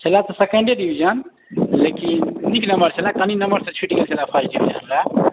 छलऽ तऽ second division लेकिन नीक नम्बर छलै कनि नम्बरसँ छूटि गेल छलै फर्स्ट डिविजन हमरा